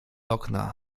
okna